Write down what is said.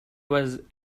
was